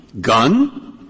gun